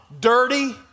dirty